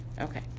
Okay